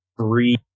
three